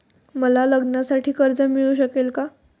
मला लग्नासाठी कर्ज मिळू शकेल का?